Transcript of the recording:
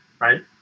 right